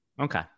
Okay